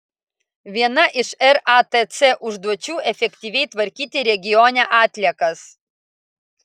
viena iš ratc užduočių efektyviai tvarkyti regione atliekas